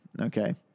okay